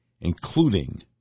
including